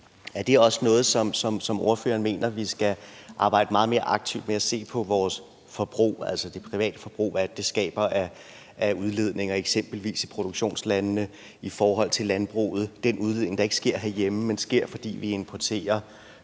Er det også noget, som ordføreren mener vi skal arbejde meget mere aktivt med – altså at se på, hvad vores private forbrug skaber af udledninger, eksempelvis i produktionslandene, og i forhold til landbruget at se på den udledning, der ikke sker herhjemme, men sker, fordi vi importerer